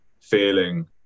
feeling